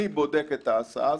אני בודק את ההסעה הזאת,